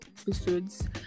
episodes